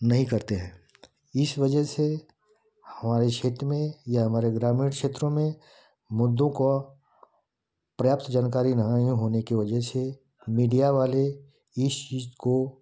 नहीं करते हैं इस वजह से हमारे क्षेत्र में या हमारे ग्रामीण क्षेत्रों में मुद्दों को प्राप्त जानकारी नहीं होने की वजह से मीडिया वाले इस चीज़ को